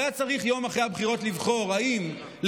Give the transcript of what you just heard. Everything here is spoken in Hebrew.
ויום אחרי הבחירות הוא היה צריך לבחור אם לנהל